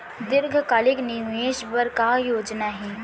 दीर्घकालिक निवेश बर का योजना हे?